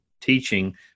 teaching